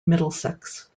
middlesex